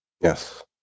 Yes